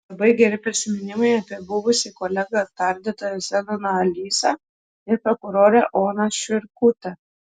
labai geri prisiminimai apie buvusį kolegą tardytoją zenoną alysą ir prokurorę oną šiurkutę